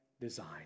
design